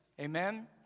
Amen